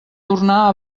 tornar